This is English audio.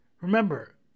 Remember